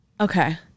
Okay